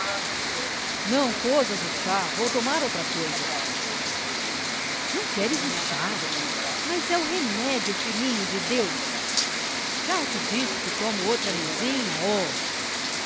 não cozas o chá vou tomar outra coisa não queres o chá mas é o remédio filhinho de deus já te disse que tomo outra mezinha oh